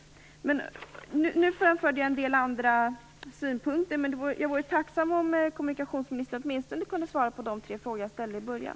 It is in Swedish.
Nu har jag framfört också en del andra synpunkter, men jag vore tacksam om kommunikationsministern åtminstone kunde svara på de tre frågor jag ställde i början.